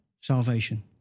salvation